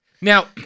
Now